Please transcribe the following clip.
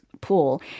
pool